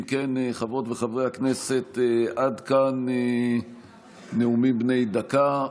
אם כן, חברות וחברי הכנסת, עד כאן נאומים בני דקה.